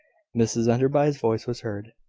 mrs enderby's voice was heard.